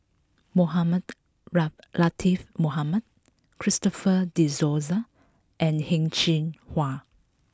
Mohamed Latiff Mohamed Christopher De Souza and Heng Cheng Hwa